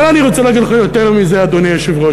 אבל אני רוצה להגיד לך יותר מזה, אדוני היושב-ראש.